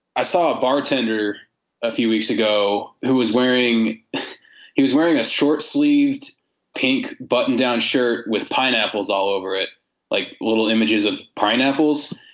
i saw a bartender a few weeks ago who was wearing he was wearing a short sleeved pink button down shirt with pineapples all over it like little images of pineapples.